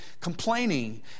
Complaining